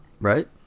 Right